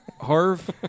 harv